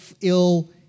ill